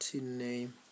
name